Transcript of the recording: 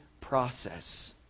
process